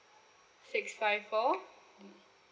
six five four